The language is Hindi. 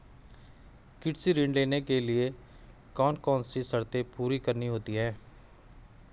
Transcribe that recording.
कृषि ऋण लेने के लिए कौन कौन सी शर्तें पूरी करनी होती हैं?